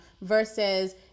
versus